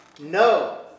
No